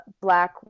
black